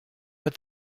but